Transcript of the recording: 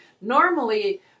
normally